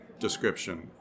description